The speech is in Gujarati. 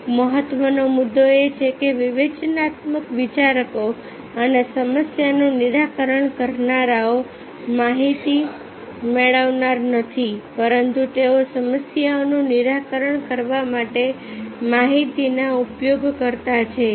એક મહત્વનો મુદ્દો એ છે કે વિવેચનાત્મક વિચારકો અને સમસ્યાનું નિરાકરણ કરનારાઓ માહિતી મેળવનાર નથી પરંતુ તેઓ સમસ્યાઓનું નિરાકરણ કરવા માટે માહિતીના ઉપયોગકર્તા છે